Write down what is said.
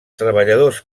treballadors